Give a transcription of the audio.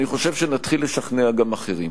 אני חושב שנתחיל לשכנע גם אחרים.